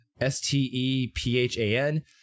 S-T-E-P-H-A-N